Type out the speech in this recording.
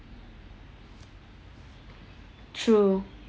true